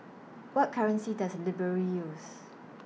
What currency Does Liberia use